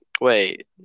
Wait